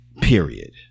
Period